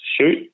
shoot